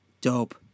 Dope